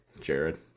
Jared